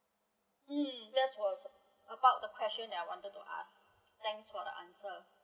mm that was about the question that I wanted to ask thanks for the answer